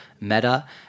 meta